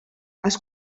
els